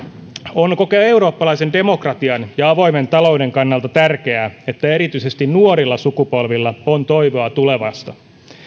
on koko eurooppalaisen demokratian ja avoimen talouden kannalta tärkeää että erityisesti nuorilla sukupolvilla on toivoa tulevasta